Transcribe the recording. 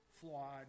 flawed